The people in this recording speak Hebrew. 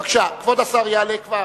בבקשה, כבוד השר יעלה כבר.